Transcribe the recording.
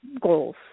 goals